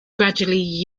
gradually